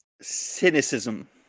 Cynicism